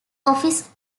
office